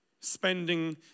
spending